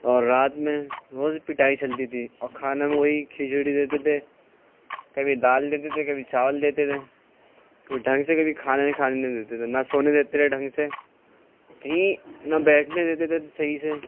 اور رات میں روز پٹائی چلتی تھی اور کھانا میں وہی کھچڑی دیتے تھے کبھی دال دیتے تھے کبھی چاول دیتے تھے کبھی ڈھنگ سے کبھی کھانا نہیں کھانے دیتے تھے نہ سونے دیتے رہے ڈھنگ سے کہیں نہ بیٹھنے دیتے تھے صحیح سے